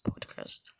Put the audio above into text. podcast